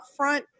upfront